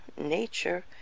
nature